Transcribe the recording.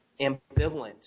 ambivalent